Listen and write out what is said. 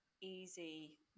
easy